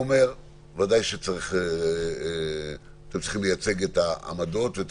ודאי שאתם צריכים לייצג את העמדות ואת